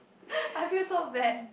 I feel so bad